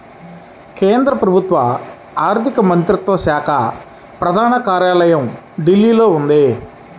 కేంద్ర ప్రభుత్వ ఆర్ధిక మంత్రిత్వ శాఖ ప్రధాన కార్యాలయం ఢిల్లీలో ఉంది